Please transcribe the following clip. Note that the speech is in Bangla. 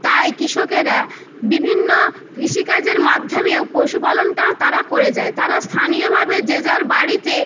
তাই কৃষকেরা বিভিন্ন কৃষিকাজের মাধ্যমেও পশুপালনটা তারা করে যায় তারা স্থানীয়ভাবে যে যার বাড়িতে